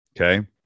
okay